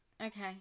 Okay